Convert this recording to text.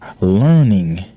learning